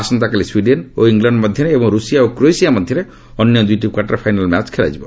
ଆସନ୍ତାକାଲି ସ୍ୱିଡେନ୍ ଓ ଇଂଲଣ୍ଡ ମଧ୍ୟରେ ଏବଂ ରୁଷିଆ ଓ କ୍ରୋଏସିଆ ମଧ୍ୟରେ ଅନ୍ୟ ଦୁଇଟି କ୍ୱାର୍ଟର ଫାଇନାଲ୍ ମ୍ୟାଚ୍ ଖେଳାଯିବ